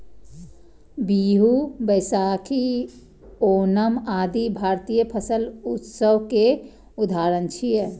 बीहू, बैशाखी, ओणम आदि भारतीय फसल उत्सव के उदाहरण छियै